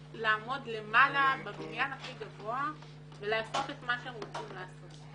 ויעמדו למעלה בבניין הכי גבוה ויעשו את מה שהם רוצים לעשות?